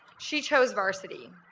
she chose varsity.